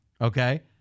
Okay